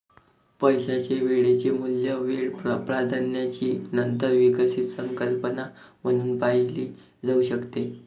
पैशाचे वेळेचे मूल्य वेळ प्राधान्याची नंतर विकसित संकल्पना म्हणून पाहिले जाऊ शकते